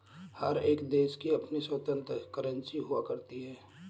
हर एक देश की अपनी स्वतन्त्र करेंसी हुआ करती है